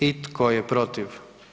I tko je protiv?